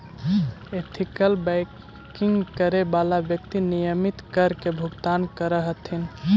ethical banking करे वाला व्यक्ति नियमित कर के भुगतान करऽ हथिन